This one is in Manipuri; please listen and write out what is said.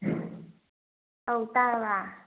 ꯑꯧ ꯇꯥꯔꯕ